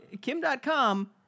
Kim.com